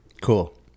Cool